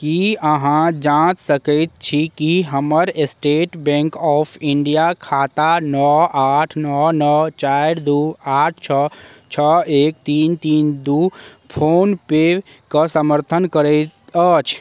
की अहाँ जाँच सकैत छी कि हमर स्टेट बैंक ऑफ इण्डिया खाता नओ आठ नओ नओ चारि दू आठ छओ छओ एक तीन तीन दू फोन पे कऽ समर्थन करैत अछि